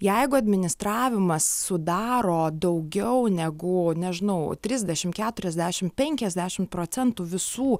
jeigu administravimas sudaro daugiau negu nežinau trisdešim keturiasdešim penkiasdešim proctų visų